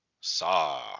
Saw